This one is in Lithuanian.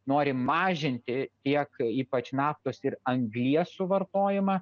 nori mažinti tiek ypač naftos ir anglies suvartojimą